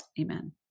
Amen